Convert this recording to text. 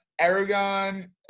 Aragon